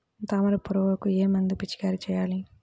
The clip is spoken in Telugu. తామర పురుగుకు ఏ మందు పిచికారీ చేయాలి?